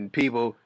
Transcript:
people